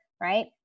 right